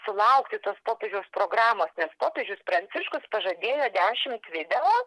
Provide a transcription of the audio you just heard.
sulaukti tos popiežiaus programos nes popiežius pranciškus pažadėjo dešimt video